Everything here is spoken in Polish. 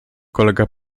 kolega